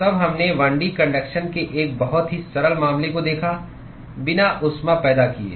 तब हमने 1 D conduction के एक बहुत ही सरल मामले को देखा बिना ऊष्मा पैदा किए